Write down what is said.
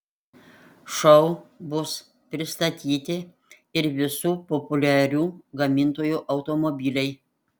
šou bus pristatyti ir visų populiarių gamintojų automobiliai